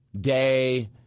day